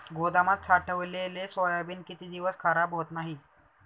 गोदामात साठवलेले सोयाबीन किती दिवस खराब होत नाही?